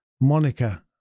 Monica